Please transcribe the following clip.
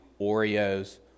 Oreos